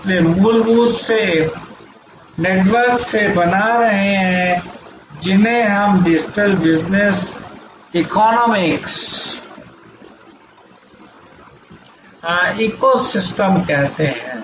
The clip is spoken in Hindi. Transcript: इसलिए मूलभूत रूप से नेटवर्क वे बना रहे हैं जिन्हें हम डिजिटल बिजनेस इकोसिस्टम कहते हैं